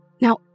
Now